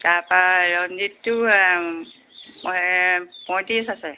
তাপা ৰঞ্জিতটো পঁয়ত্ৰিছ আছে